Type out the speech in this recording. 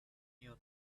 neon